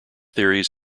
theories